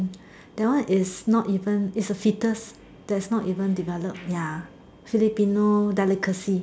that one is not even it's a foetus that's not even developed ya Filipino delicacy